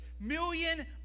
million